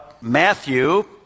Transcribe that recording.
Matthew